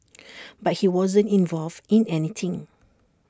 but he wasn't involved in anything